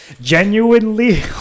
genuinely